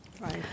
Right